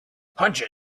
hunches